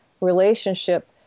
relationship